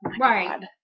Right